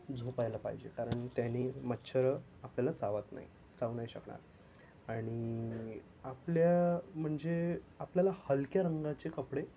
झोपायला पाहिजे कारण त्याने मच्छर आपल्याला चावत नाही चावू नाही शकणार आणि आपल्या म्हणजे आपल्याला हलक्या रंगाचे कपडे